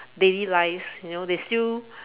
daily lives you know they still